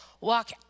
walk